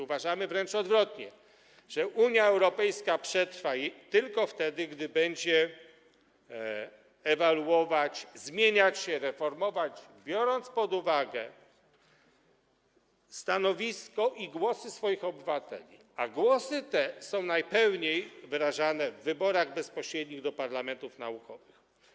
Uważamy wręcz odwrotnie, że Unia Europejskiej przetrwa tylko wtedy, gdy będzie ewoluować, zmieniać się, reformować, biorąc pod uwagę stanowisko i głosy swoich obywateli, a głosy te są najpełniej wyrażane w wyborach bezpośrednich do parlamentów narodowych.